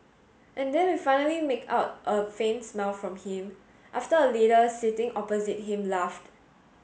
and then we finally make out a faint smile from him after a leader sitting opposite him laughed